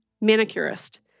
manicurist